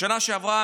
בשנה שעברה,